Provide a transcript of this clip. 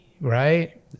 right